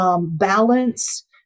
balance